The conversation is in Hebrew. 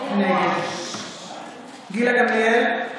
נגד גילה גמליאל,